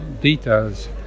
details